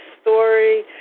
story